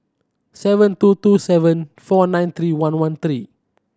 seven two two seven four nine three one one three